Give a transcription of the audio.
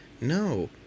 no